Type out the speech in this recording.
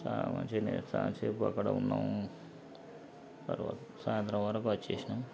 చాలా మంచిగానే చాలా సేపు అక్కడ ఉన్నాం తర్వాత సాయంత్రం వరకు వచ్చేసినాం